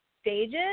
stages